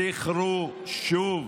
זכרו שוב